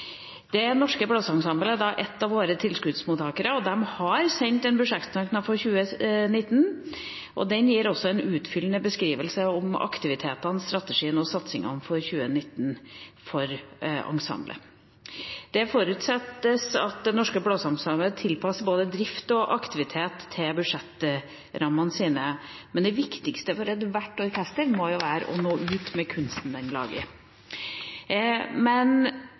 Det Norske Blåseensemble er en av våre tilskuddsmottakere, og de har sendt en budsjettsøknad for 2019, og den gir en utfyllende beskrivelse av aktivitetene, strategien og satsingene for 2019 for ensemblet. Det forutsettes at Det Norske Blåseensemble tilpasser både drift og aktivitet til budsjettrammene sine, men det viktigste for ethvert orkester må jo være å nå ut med kunsten